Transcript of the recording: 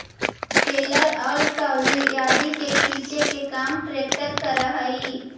trailer और trolley आदि के खींचे के काम ट्रेक्टर करऽ हई